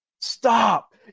stop